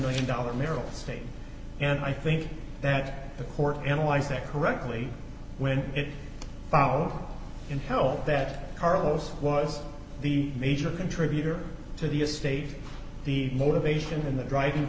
million dollar merrill state and i think that the court analyze that correctly when it followed in hell that carlos was the major contributor to the estate the motivation and the driving